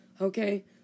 Okay